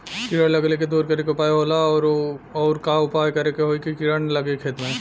कीड़ा लगले के दूर करे के उपाय का होला और और का उपाय करें कि होयी की कीड़ा न लगे खेत मे?